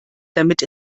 damit